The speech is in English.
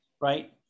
right